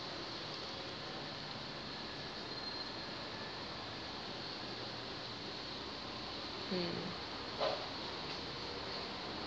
mm